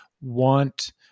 want